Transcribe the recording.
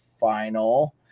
final